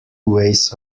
ways